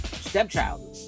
stepchild